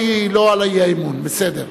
האי-אמון, בסדר.